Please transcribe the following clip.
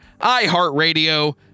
iHeartRadio